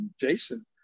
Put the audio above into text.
Jason